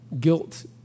guilt